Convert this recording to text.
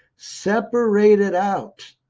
separate it out.